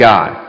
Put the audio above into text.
God